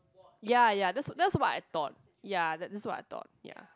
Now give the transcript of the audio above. ya ya that's that's what I thought ya that's what I thought ya